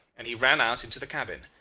and he ran out into the cabin.